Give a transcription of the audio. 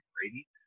Brady